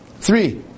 Three